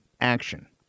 action